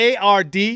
ARD